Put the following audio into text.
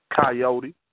Coyote